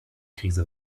krise